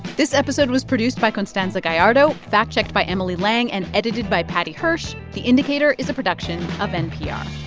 this episode was produced by constanza gallardo, fact-checked by emily lang and edited by paddy hirsch. the indicator is a production of npr